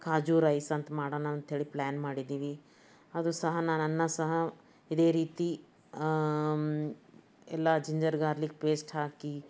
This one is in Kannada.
ಕಾಜು ರೈಸ್ ಅಂತ ಮಾಡೋಣ ಅಂಥೇಳಿ ಪ್ಲ್ಯಾನ್ ಮಾಡಿದ್ದೀವಿ ಅದು ಸಹ ನಾನು ಅನ್ನ ಸಹ ಇದೇ ರೀತಿ ಎಲ್ಲ ಜಿಂಜರ್ ಗಾರ್ಲಿಕ್ ಪೇಸ್ಟ್ ಹಾಕಿ